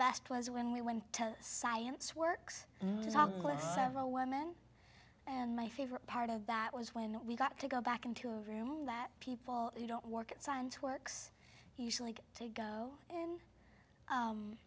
best was when we went to science works and several women and my favorite part of that was when we got to go back into a room that people who don't work at science works usually get to go in and